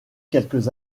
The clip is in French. quelques